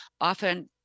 often